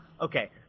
okay